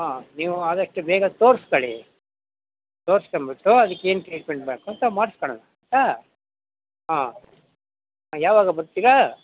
ಹಾಂ ನೀವು ಆದಷ್ಟು ಬೇಗ ತೋರ್ಸ್ಕೊಳಿ ತೋರ್ಸ್ಕೊಂಬಿಟ್ಟು ಅದಕ್ಕೆನ್ ಟ್ರೀಟ್ಮೆಂಟ್ ಬೇಕು ಅಂತ ಮಾಡ್ಸಿಕೊಳ್ಳೋಣ ಹಾಂ ಹಾಂ ಯಾವಾಗ ಬರ್ತೀರಾ